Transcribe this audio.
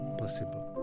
possible